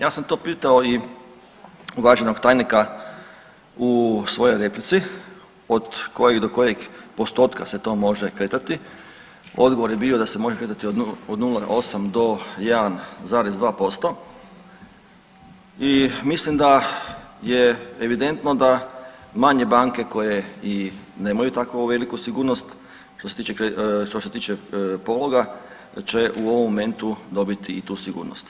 Ja sam to pitao i uvaženog tajnika u svojoj replici od kojeg do kojeg postotka se to može kretati, odgovor je bio da se to može kretati od 0,8 do 1,2% i mislim da je evidentno da manje banke koje i nemaju takvu veliku sigurnost što se tiče pologa će u ovom momentu dobiti i tu sigurnost.